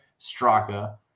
Straka